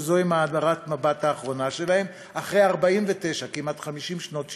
שזוהי מהדורת מבט האחרונה שלהם אחרי כמעט 50 שנות שידור.